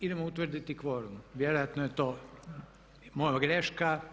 Idemo utvrditi kvorum, vjerojatno je to moja greška.